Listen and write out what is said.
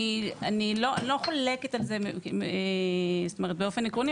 אני לא חולקת על זה באופן עקרוני,